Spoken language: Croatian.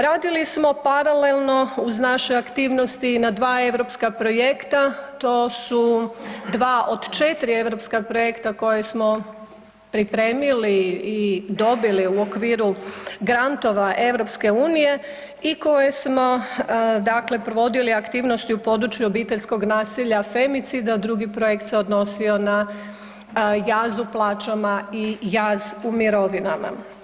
Radili smo paralelno uz naše aktivnosti i na 2 europska projekta to su 2 od 4 europska projekta koje smo pripremili i dobili u okviru grantova EU i koje smo dakle provodili aktivnosti u području obiteljskog nasilja femicid, a drugi projekt se odnosio na jaz u plaćama i jaz u mirovinama.